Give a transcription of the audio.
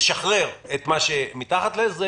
נשחרר את מה שמתחת לזה,